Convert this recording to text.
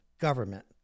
government